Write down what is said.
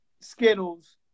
Skittles